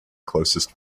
closest